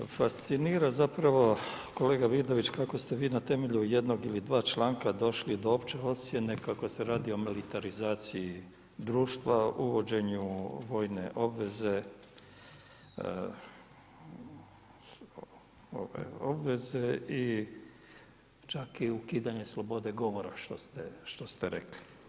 Fascinira zapravo kolega Vidović kako ste vi na temelju jednog ili dva članka došli do opće ocjene kako se radi o militarizaciji društva, uvođenju vojne obveze čak i ukidanje slobode govora što ste rekli.